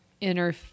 inner